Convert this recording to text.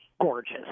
gorgeous